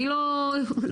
מי לא יודע,